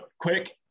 quick